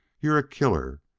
you're a killer,